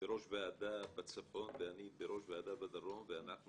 בראש ועדה בצפון ואני בראש ועדה בדרום ואנחנו